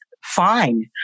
fine